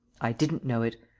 i didn't know it.